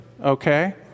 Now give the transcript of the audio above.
Okay